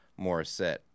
Morissette